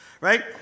right